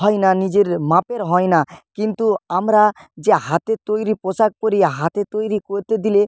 হয় না নিজের মাপের হয় না কিন্তু আমরা যে হাতে তৈরি পোশাক পরি হাতে তৈরি করতে দিলে